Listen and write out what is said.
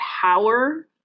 power